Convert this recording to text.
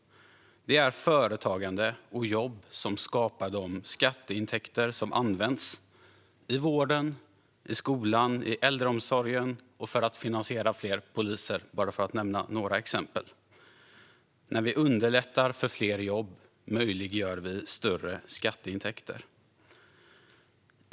Det är företagande och jobb som skapar de skatteintäkter som används i vården, i skolan, i äldreomsorgen och för att finansiera fler poliser - för att bara nämna några exempel. När vi underlättar för fler jobb möjliggör vi större skatteintäkter.